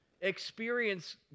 experience